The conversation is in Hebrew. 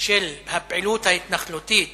של הפעילות ההתנחלותית